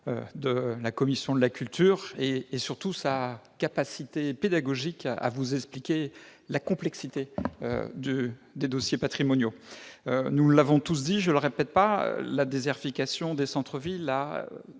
de la commission de la culture, et surtout sa capacité pédagogique à expliquer la complexité des dossiers patrimoniaux. Nous l'avons tous rappelé, la désertification des centres-villes a